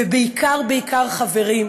ובעיקר בעיקר, חברים,